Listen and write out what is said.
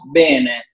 bene